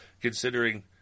considering